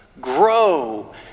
grow